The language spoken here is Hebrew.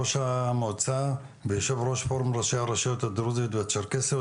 ראש המועצה ויושב ראש פורום ראשי הרשויות הדרוזיות והצ'רקסיות,